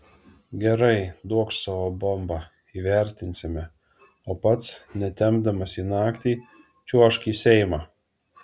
gerai duokš savo bombą įvertinsime o pats netempdamas į naktį čiuožk į seimą